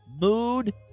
mood